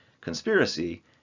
conspiracy